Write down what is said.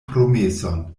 promeson